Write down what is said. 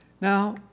Now